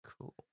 Cool